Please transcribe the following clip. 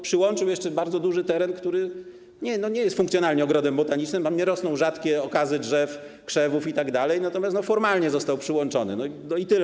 Przyłączył jeszcze bardzo duży teren, który nie jest funkcjonalnie ogrodem botanicznym, tam nie rosną rzadkie okazy drzew, krzewów itd., natomiast formalnie został przyłączony, no i tyle.